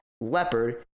leopard